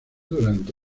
durante